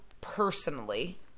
personally